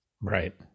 right